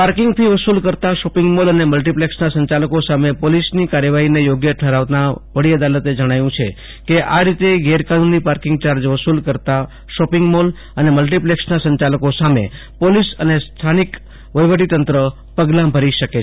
parking fee વસુલ કરતાં shopping mall અને મલ્ટીપ્લેક્ષના સંચાલકો સામે પોલીસની કાર્યવાહીને યોગ્ય કરાવતાં વડીઅદાલતે જણાવ્યું છે કે આ રીતે ગેરકાનૂની પાર્કીંગ ચાર્જ વસુલ કરતાં શોપિંગ મોલ અને મલ્ટીપ્લેક્ષના સંચાલકો સામે પોલીસ અને સ્થાનિક વહીવટીતંત્ર પગલા ભરી શકે છે